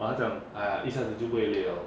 orh 她讲 !aiya! 一下子就不会累了